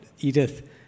Edith